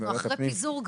אנחנו כבר אחרי פיזור.